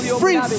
free